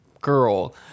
girl